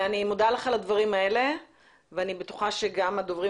אני מודה לך על הדברים האלה ואני בטוחה שגם הדוברים